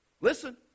listen